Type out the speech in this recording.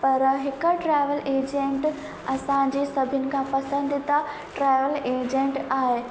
पर हिकु travel agent असांजे सभिनि खां पसंदीदा ट्रेवल एजेंट आहे